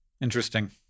Interesting